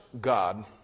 God